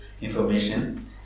information